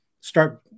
start